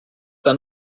han